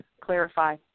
clarify